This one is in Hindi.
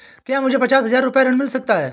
क्या मुझे पचास हजार रूपए ऋण मिल सकता है?